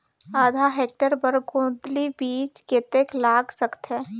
आधा हेक्टेयर बर गोंदली बीच कतेक लाग सकथे?